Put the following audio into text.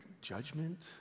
judgment